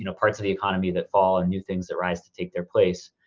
you know parts of the economy that fall and new things that rise to take their place.